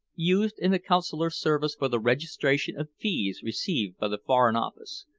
used in the consular service for the registration of fees received by the foreign office.